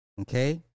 Okay